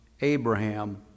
Abraham